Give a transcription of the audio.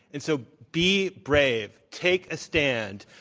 and so be brave, take a stand,